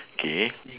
K